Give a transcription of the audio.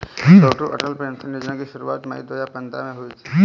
छोटू Atal pension Yojana की शुरुआत मई दो हज़ार पंद्रह में हुई थी